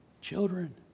children